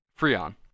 Freon